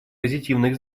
позитивных